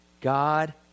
God